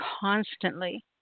constantly